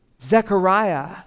Zechariah